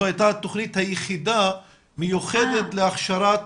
זו הייתה התוכנית היחידה מיוחדת להכשרת